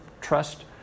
trust